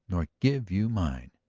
nor give you mine.